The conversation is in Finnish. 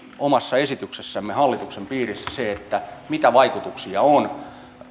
omassa esityksessämme hallituksen piirissä sitä mitä vaikutuksia on